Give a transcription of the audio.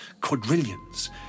quadrillions